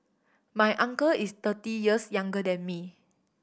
my uncle is thirty years younger than me